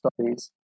studies